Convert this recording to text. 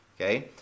okay